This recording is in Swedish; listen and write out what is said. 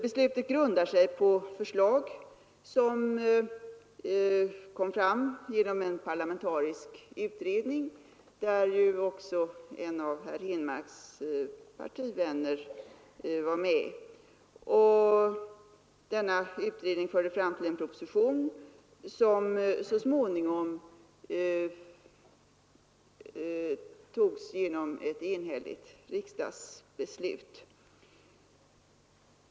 Beslutet grundar sig på ett förslag av en parlamentarisk utredning, där också en av herr Henmarks partivänner var med. Utredningen ledde till en proposition, som så småningom antogs genom ett enhälligt riksdagsbeslut.